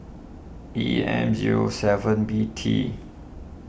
E M zero seven B T